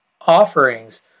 offerings